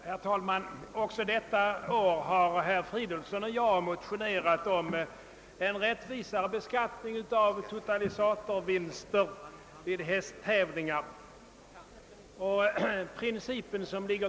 Herr talman! Också detta år har herr Fridolfsson i Stockholm och jag motionerat om en rättvisare beskattning av totalisatorvinster vid hästtävlingar.